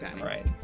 Right